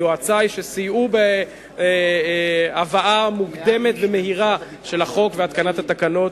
ליועצי שסייעו בהבאה מוקדמת ומהירה של החוק ובהתקנת התקנות.